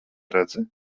redzi